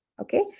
Okay